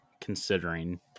considering